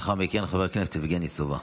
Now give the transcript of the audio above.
ולאחר מכן, חבר הכנסת יבגני סובה.